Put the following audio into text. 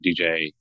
DJ